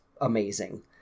amazing